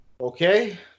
Okay